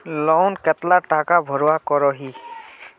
Loan कतला टाका भरवा करोही?